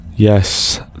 Yes